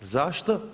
Zašto?